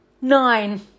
Nine